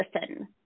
listen